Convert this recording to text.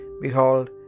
Behold